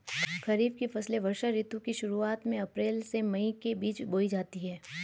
खरीफ की फसलें वर्षा ऋतु की शुरुआत में अप्रैल से मई के बीच बोई जाती हैं